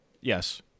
Yes